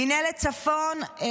מינהלת צפון,